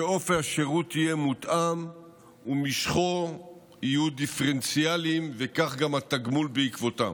שאופי השירות יהיה מותאם ומשכו יהיה דיפרנציאלי וכך גם התגמול בעקבותיו.